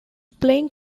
playing